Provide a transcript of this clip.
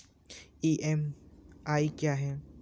EMI क्या है?